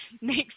makes